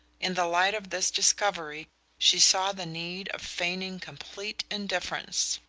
in the light of this discovery she saw the need of feigning complete indifference.